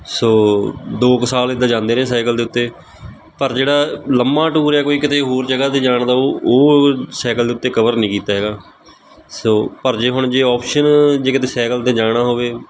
ਸੋ ਦੋ ਕੁ ਸਾਲ ਐਦਾਂ ਜਾਂਦੇ ਰਹੇ ਸਾਈਕਲ ਦੇ ਉੱਤੇ ਪਰ ਜਿਹੜਾ ਲੰਮਾ ਟੂਰ ਆ ਕੋਈ ਕਿਤੇ ਹੋਰ ਜਗ੍ਹਾ 'ਤੇ ਜਾਣ ਦਾ ਉਹ ਉਹ ਸਾਈਕਲ ਦੇ ਉੱਤੇ ਕਵਰ ਨਹੀਂ ਕੀਤਾ ਹੈਗਾ ਸੋ ਪਰ ਜੇ ਹੁਣ ਜੇ ਔਪਸ਼ਨ ਜੇ ਕਿਤੇ ਸਾਈਕਲ 'ਤੇ ਜਾਣਾ ਹੋਵੇ